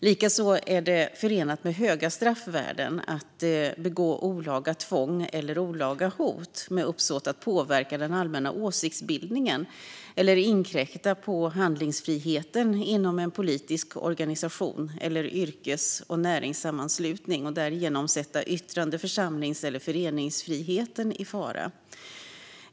Likaså är det förenat med höga straffvärden att begå olaga tvång eller olaga hot med uppsåt att påverka den allmänna åsiktsbildningen eller inkräkta på handlingsfriheten inom en politisk organisation eller en yrkes eller näringssammanslutning och därigenom sätta yttrande, församlings eller föreningsfriheten i fara.